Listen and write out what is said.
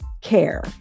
care